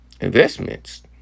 investments